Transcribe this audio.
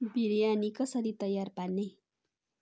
बिरयानी कसरी तयार पार्ने